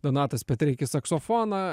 donatas petreikis saksofoną